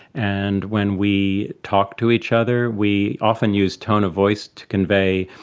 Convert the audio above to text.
and when we talk to each other we often use tone of voice to convey,